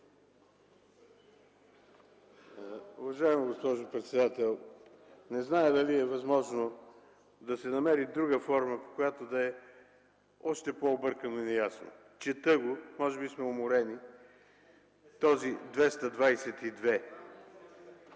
Уважаема госпожо председател, не зная дали е възможно да се намери друга форма, която да е още по-объркана и неясна. Чета го, може би сме уморени, чл. 222,